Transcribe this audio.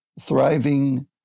thriving